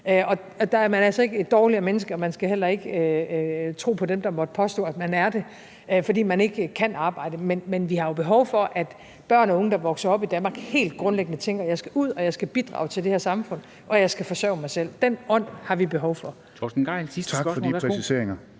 Og man er altså ikke et dårligere menneske, og man skal heller ikke tro på dem, der måtte påstå, at man er det, fordi man ikke kan arbejde, men vi har jo behov for, at børn og unge, der vokser op i Danmark, helt grundlæggende tænker: Jeg skal ud, og jeg skal bidrage til det her samfund, og jeg skal forsørge mig selv. Den ånd har vi behov for.